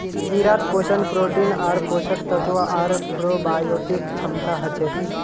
कीड़ात पोषण प्रोटीन आर पोषक तत्व आर प्रोबायोटिक क्षमता हछेक